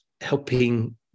helping